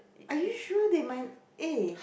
are you sure they might eh